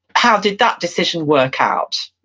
how did that decision work out?